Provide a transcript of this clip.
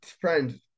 friends